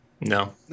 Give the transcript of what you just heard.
No